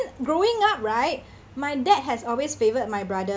growing up right my dad has always favoured my brother